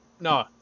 No